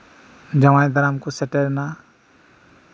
ᱡᱟᱶᱟᱭ ᱫᱟᱨᱟᱢ ᱠᱚ ᱥᱮᱴᱮᱨᱮᱱᱟ